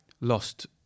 lost